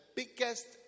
biggest